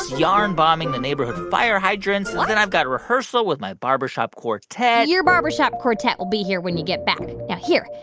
yarn bombing the neighborhood fire hydrants what? then and i've got rehearsal with my barbershop quartet your barbershop quartet will be here when you get back. now here.